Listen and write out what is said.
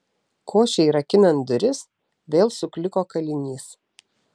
košei rakinant duris vėl sukliko kalinys